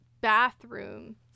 bathroom